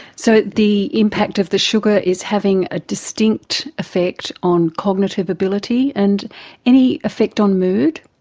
so the impact of the sugar is having a distinct effect on cognitive ability. and any effect on mood?